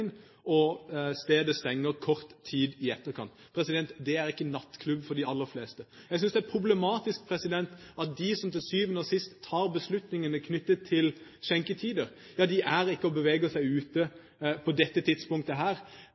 og stedet stenger kort tid etterpå. Det er ikke nattklubb for de aller fleste. Jeg synes det er problematisk at de som til syvende og sist tar beslutningene knyttet til skjenketider, ikke beveger seg ute på dette tidspunktet,